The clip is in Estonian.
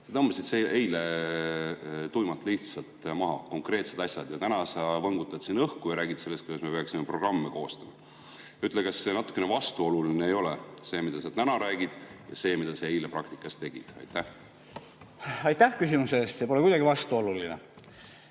Sa tõmbasid eile tuimalt lihtsalt maha konkreetsed asjad. Ja täna sa võngutad siin õhku ja räägid sellest, kuidas me peaksime programme koostama. Ütle, kas see natuke vastuoluline ei ole: see, mida sa täna räägid, ja see, mida sa eile praktikas tegid. Aitäh sõna andmast! Lugupeetud ettekandja!